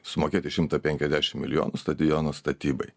sumokėti šimtą penkiasdešimt milijonų stadiono statybai